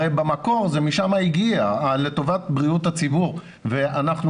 הרי במקור זה הגיע משם לטובת בריאות הציבור ואנחנו